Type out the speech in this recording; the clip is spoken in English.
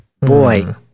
boy